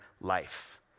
life